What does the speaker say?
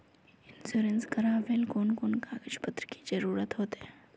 Insurance करावेल कोन कोन कागज पत्र की जरूरत होते?